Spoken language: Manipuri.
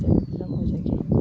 ꯐꯤꯂꯝ ꯑꯣꯏꯖꯈꯤ